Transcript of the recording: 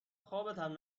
خوابتم